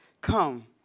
come